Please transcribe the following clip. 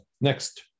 next